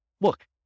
look